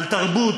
על תרבות,